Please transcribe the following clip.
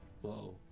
Whoa